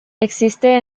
existe